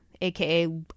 aka